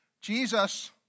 Jesus